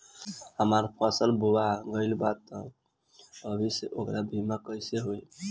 हमार फसल बोवा गएल बा तब अभी से ओकर बीमा कइसे होई?